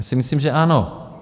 Já si myslím, že ano.